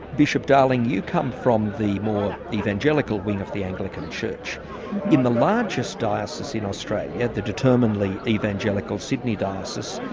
bishop darling you come from the more evangelical wing of the anglican church. in the largest diocese in australia, yeah the determinedly evangelical sydney diocese,